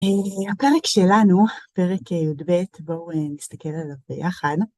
הפרק שלנו, פרק י"ב, בואו נסתכל עליו ביחד.